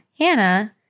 Hannah